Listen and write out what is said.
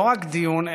לא רק דיון,